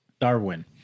Darwin